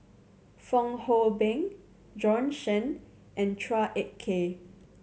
Fong Hoe Beng Bjorn Shen and Chua Ek Kay